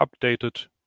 updated